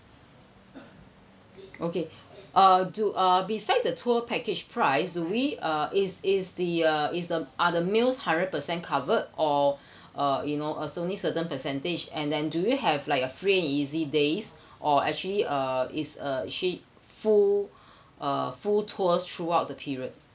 okay uh do uh beside the tour package price do we uh is is the uh is the are the meals hundred percent covered or uh you know or only certain percentage and then do you have like a free and easy days or actually uh it's uh actually full uh full tours throughout the period